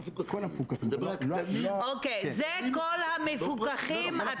זה כל המפוקחים.